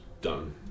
done